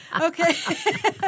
Okay